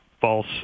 false